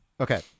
okay